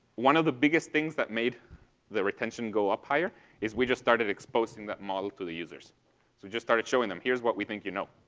one of the biggest things that made the retention go up higher is we just started exposing that model to the users. so just started showing them, here's what we think you know.